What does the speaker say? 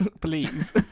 Please